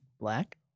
Black